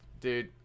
Dude